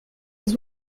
des